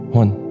one